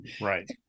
Right